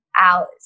hours